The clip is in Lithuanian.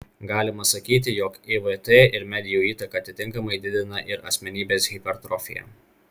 galima sakyti jog ivt ir medijų įtaka atitinkamai didina ir asmenybės hipertrofiją